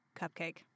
cupcake